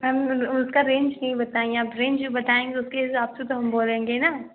ma'am उसका range नहीं बताई आप रेंज भी बताएँगी उसके हिसाब से तो हम बोलेंगे ना